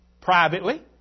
privately